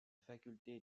faculté